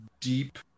deep